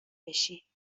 بشی